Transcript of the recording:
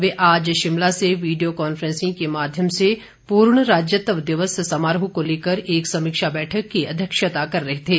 वे आज शिमला से video conferencing के माध्यम से पूर्ण राज्यत्व दिवस समारोह को लेकर एक समीक्षा बैठक की अध्यक्षता कर रहे थे